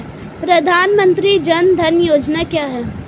प्रधानमंत्री जन धन योजना क्या है?